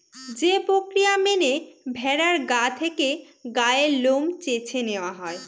যে প্রক্রিয়া মেনে ভেড়ার গা থেকে গায়ের লোম চেঁছে নেওয়া হয়